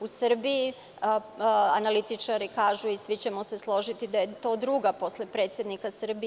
U Srbiji analitičari kažu i svi ćemo se složiti da je to druga funkcija posle predsednika Srbije.